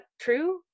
true